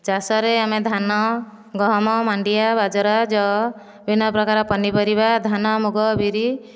ଚାଷରେ ଆମେ ଧାନ ଗହମ ମାଣ୍ଡିଆ ବାଜରା ଜଅ ବିଭିନ୍ନ ପ୍ରକାର ପନିପରିବା ଧାନ ମୁଗ ବିରି